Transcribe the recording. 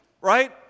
right